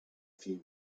few